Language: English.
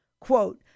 quote